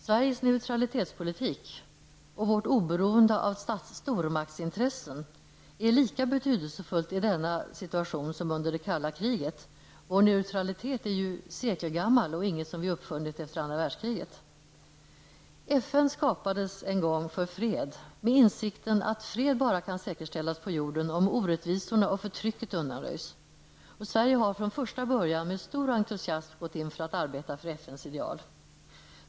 Sveriges neutralitetspolitik och vårt oberoende av stormaktsintressen har lika stor betydelsei denna situation som under det kalla kriget. Vår neutralitet är ju sekelgammal och inget som vi uppfunnit efter andra världskriget. FN skapades en gång för fred med insikten att fred bara kan säkerställas på jorden om orättvisorna och förtrycket undanröjs. Sverige har från första början med stor entusiasm gått in för att arbeta för FNs ideal.